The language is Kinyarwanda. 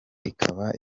ikaba